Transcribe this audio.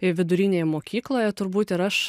vidurinėje mokykloje turbūt ir aš